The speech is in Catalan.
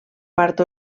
part